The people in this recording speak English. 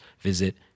visit